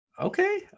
Okay